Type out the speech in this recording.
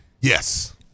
Yes